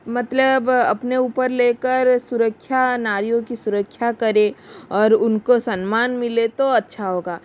मतलब अपने ऊपर लेकर सुरक्षा नारियों की सुरक्षा करें और उनको सम्मान मिले तो अच्छा होगा